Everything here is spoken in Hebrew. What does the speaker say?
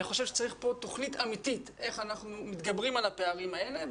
אני חושב שצריך פה תוכנית אמיתית איך אנחנו מתגברים על הפערים האלה,